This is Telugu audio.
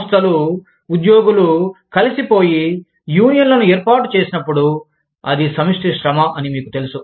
సంస్థలు ఉద్యోగులు కలిసిపోయి యూనియన్లను ఏర్పాటు చేసినప్పుడు అది సమిష్టి శ్రమ అని మీకు తెలుసు